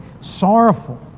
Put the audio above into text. sorrowful